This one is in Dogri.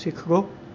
सिक्खो